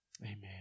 Amen